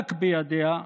ורק בידיה,